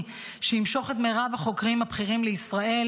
שימשוך את מרב החוקרים הבכירים לישראל.